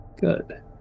Good